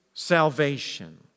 salvation